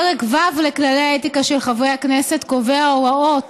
פרק ו' לכללי האתיקה של חברי הכנסת קובע הוראות